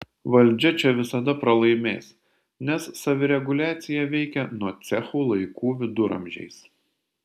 valdžia čia visada pralaimės nes savireguliacija veikia nuo cechų laikų viduramžiais